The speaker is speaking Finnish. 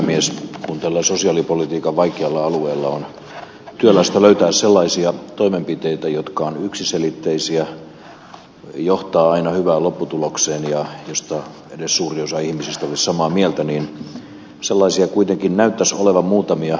kun tällä sosiaalipolitiikan vaikealla alueella on työlästä löytää sellaisia toimenpiteitä jotka ovat yksiselitteisiä johtavat aina hyvään lopputulokseen ja joista edes suuri osa ihmisistä olisi samaa mieltä niin sellaisia kuitenkin näyttäisi olevan muutamia